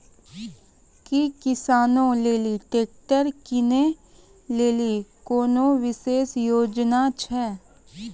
कि किसानो लेली ट्रैक्टर किनै लेली कोनो विशेष योजना छै?